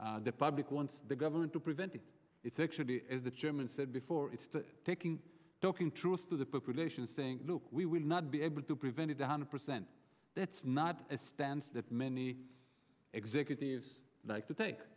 public wants the government to prevent if it's actually as the chairman said before it's taking talking truth to the population saying look we will not be able to prevent a hundred percent that's not a stance that many executives like to take